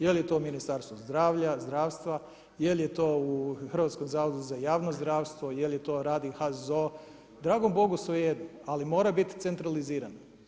Je li to u Ministarstvo zdravlja, zdravstva, jel je to u Hrvatskom zavodu za javno zdravstvo, je li to radi HZZO, dragom Bogu svejedno, ali mora biti centralizirani.